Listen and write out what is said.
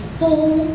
full